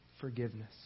forgiveness